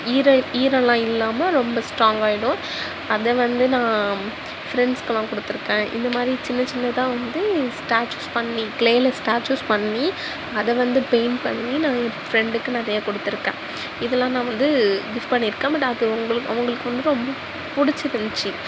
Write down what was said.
ஈர ஈரலாம் இல்லாமல் ரொம்ப ஸ்ட்ராங்காகிடும் அதை வந்து நான் ஃப்ரெண்ட்ஸ்கெலாம் கொடுத்துருக்கேன் இந்த மாதிரி சின்ன சின்னதாக வந்து ஸ்டாச்சுஸ் பண்ணி க்ளேயில் ஸ்டாச்சுஸ் பண்ணி அதை வந்து பெயிண்ட் பண்ணி நான் என் ஃப்ரெண்டுக்கு நிறைய கொடுத்துருக்கேன் இதெலாம் நான் வந்து கிஃப்ட் பண்ணியிருக்கேன் பட் அது உங்களுக்கு அவுங்களுக்கு வந்து ரொம்ப பிடிருந்துச்சி